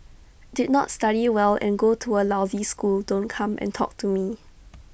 did not study well and go to A lousy school don't come and talk to me